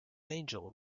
angel